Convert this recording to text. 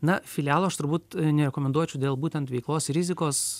na filialo aš turbūt nerekomenduočiau dėl būtent veiklos rizikos